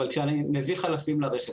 אבל כשאני מביא חלפים לרשת,